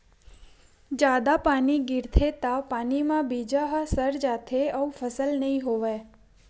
जादा पानी गिरगे त पानी म बीजा ह सर जाथे अउ फसल नइ होवय